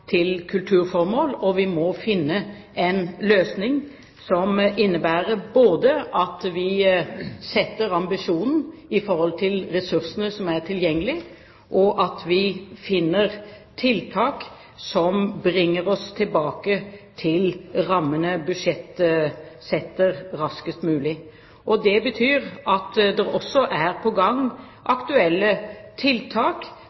til kulturformål, og vi må finne en løsning som innebærer både at vi setter ambisjonen i forhold til ressursene som er tilgjengelige, og at vi finner tiltak som bringer oss tilbake til rammene budsjettet setter, raskest mulig. Det betyr at det også er på gang